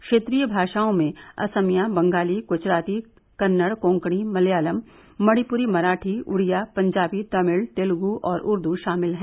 क्षेत्रीय भाषाओं में असमिया बंगाली गूजराती कन्नड़ कोंकणी मलयालम मणिपुरी मराठी उडिया पंजाबी तमिल तेलुगु और उर्दू शामिल हैं